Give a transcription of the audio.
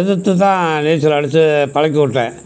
எதிர்த்து தான் நீச்சல் அடிச்சு பழக்கி விட்டேன்